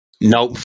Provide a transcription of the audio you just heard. Nope